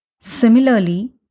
Similarly